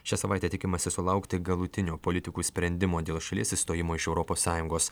šią savaitę tikimasi sulaukti galutinio politikų sprendimo dėl šalies išstojimo iš europos sąjungos